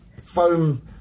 foam